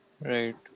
Right